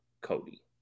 Cody